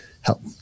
help